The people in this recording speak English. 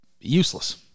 useless